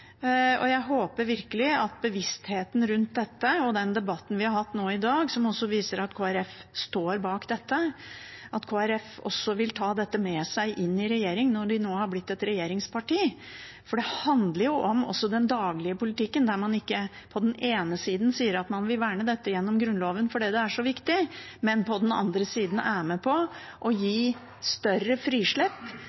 Jeg håper virkelig at bevisstheten rundt dette øker. Debatten vi har hatt i dag, viser at Kristelig Folkeparti også står bak dette. Jeg håper at Kristelig Folkeparti vil ta dette med seg inn i regjeringen, når de nå har blitt et regjeringsparti, for dette handler også om den daglige politikken, der man på den ene sida sier at man vil verne dette gjennom Grunnloven fordi det er så viktig, mens man på den andre sida er med på å gi